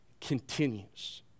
continues